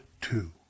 two